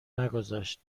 نگذاشت